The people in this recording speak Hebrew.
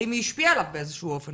האם היא השפיעה עליו באיזשהו אופן?